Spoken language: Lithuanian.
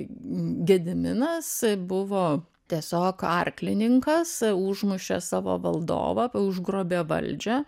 gediminas buvo tiesiog arklininkas užmušė savo valdovą užgrobė valdžią